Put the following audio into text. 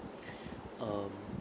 um